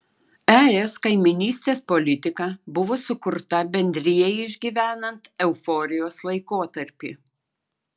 es kaimynystės politika buvo sukurta bendrijai išgyvenant euforijos laikotarpį